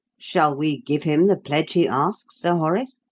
shall we give him the pledge he asks, sir horace?